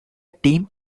team